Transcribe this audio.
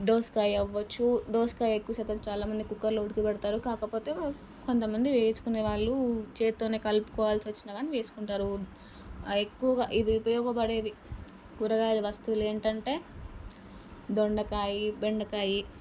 దోసకాయ అవ్వచ్చు దోసకాయ ఎక్కువ శాతం చాలా మంది కుక్కర్లో ఉడకబెడతారు కాకపోతే కొంత మంది వేయించుకునే వాళ్ళు చేత్తోనే కలుపుకోవాల్సి వచ్చినా కానీ వేసుకుంటారు ఎక్కువగా ఇవి ఉపయోగపడేది కూరగాయలు వస్తువులు ఏంటంటే దొండకాయ బెండకాయి